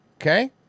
okay